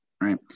Right